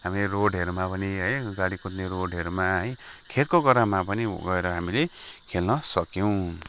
हामी रोडहरूमा पनि है गाडी कुद्ने रोडहरूमा है खेतको गरामा पनि गएर हामीले खेल्न सक्यौँ